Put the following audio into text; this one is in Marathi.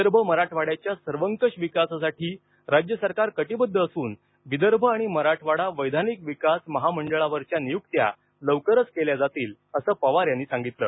विदर्भ मराठवाड्याच्या सर्वकष विकासासाठी राज्य सरकार कटीबद्ध असून विदर्भ आणि मराठवाडा वैधानिक विकास महामंडळावरच्या नियुक्त्या लवकरच केल्या जातील अस पवार यांनी सांगितल